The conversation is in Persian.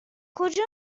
کجا